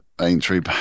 Aintree